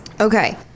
Okay